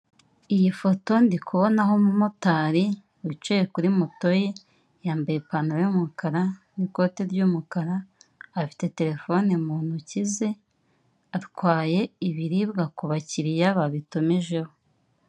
Iyi foto ndikubonaho umumotari wicaye kuri moto ye yambaye ipantalo y'umukara n'ikote ry'umukara afite terefone mu ntoki ze atwaye ibiribwa ku bakiriya babitumijeho.